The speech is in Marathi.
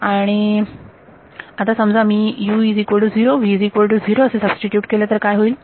आणि आता समजा मी u0 v0 असे सबस्टिट्यूट केले तर काय होईल